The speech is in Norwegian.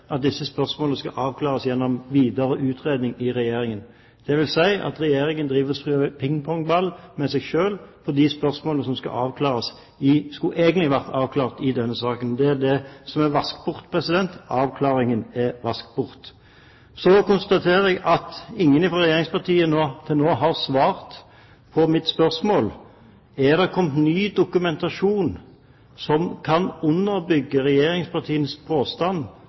at disse spørsmålene skal avklares gjennom videre utredning i Regjeringen. Det vil si at Regjeringen driver og spiller pingpongball med seg selv og de spørsmålene som egentlig skulle vært avklart i denne saken. Det er det som er vasket bort. Avklaringen er vasket bort. Så konstaterer jeg at ingen fra regjeringspartiene til nå har svart på mitt spørsmål: Er det kommet ny dokumentasjon som kan underbygge regjeringspartienes påstand